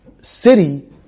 city